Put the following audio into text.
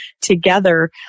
together